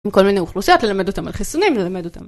עם כל מיני אוכלוסיית ללמד אותם על חיסוניים, ללמד אותם.